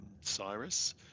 Cyrus